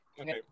Okay